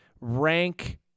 rank